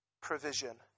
provision